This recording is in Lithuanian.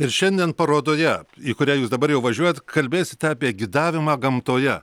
ir šiandien parodoje į kurią jūs dabar jau važiuojat kalbėsite apie gidavimą gamtoje